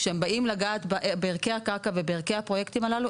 כשהם באים לגעת בערכי הקרקע ובערכי הפרויקטים הללו,